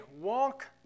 walk